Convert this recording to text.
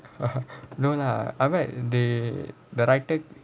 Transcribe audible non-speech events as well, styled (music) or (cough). (laughs) no lah I mean they directed